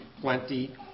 plenty